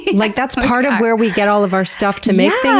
like that's part of where we get all of our stuff to make things,